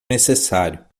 necessário